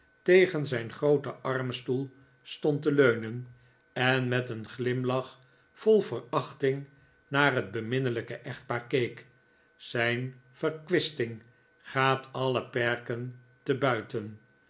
tegen zijn grooten armstoel stond te leurien en met een glimlach vol verachting naar het beminnelijke echtpaar keek zijn verkwisting gaat alle perken te buiten